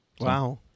wow